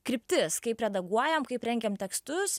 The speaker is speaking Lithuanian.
kryptis kaip redaguojam kaip rengiam tekstus